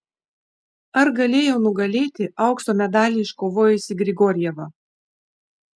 ar galėjau nugalėti aukso medalį iškovojusį grigorjevą